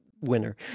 winner